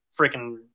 freaking